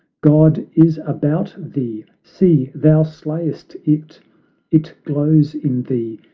god is about thee, see thou slayest it it glows in thee,